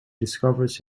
discovers